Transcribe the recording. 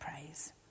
praise